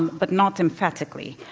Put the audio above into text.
but not emphatically.